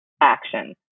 action